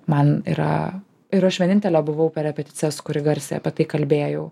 man yra ir aš vienintelė buvau per repeticijas kuri garsiai apie tai kalbėjau